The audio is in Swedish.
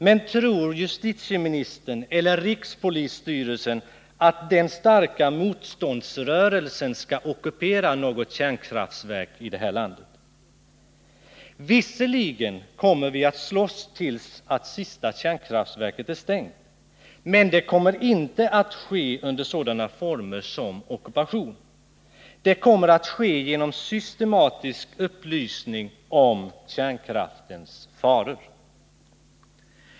Men tror justitieministern eller rikspolisstyrelsen att den starka motståndsrörelsen skall ockupera något kärnkraftverk i det här landet? Visserligen kommer vi att slåss till dess att det sista kärnkraftverket är stängt, men det kommer inte att ske under sådana former som ockupation. Det kommer att ske genom systematisk upplysning om kärnkraftens faror.